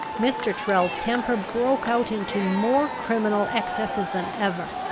mr. tyrrel's temper broke out into more criminal excesses than ever.